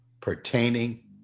pertaining